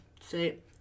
say